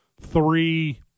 three